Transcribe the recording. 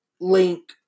link